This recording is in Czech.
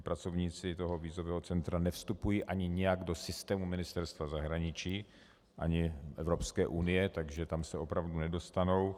Pracovníci vízového centra nevstupují ani nijak do systému Ministerstva zahraničí ani Evropské unie, takže tam se opravdu nedostanou.